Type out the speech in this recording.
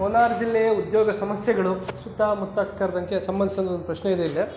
ಕೋಲಾರ ಜಿಲ್ಲೆಯ ಉದ್ಯೋಗ ಸಮಸ್ಯೆಗಳು ಸುತ್ತಾಮುತ್ತಕ್ಕೆ ಸೇರಿದಂಗೆ ಸಂಬಂಧ್ಸಿದ ಒಂದು ಪ್ರಶ್ನೆ ಇದೆ ಇಲ್ಲಿ